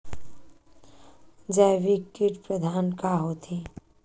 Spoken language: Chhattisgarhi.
जैविक कीट प्रबंधन का होथे?